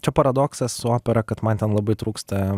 čia paradoksas su opera kad man ten labai trūksta